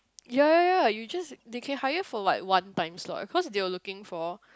ya ya ya you just they can hire for like one times lah of course they will looking for